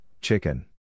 chicken